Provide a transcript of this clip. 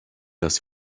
das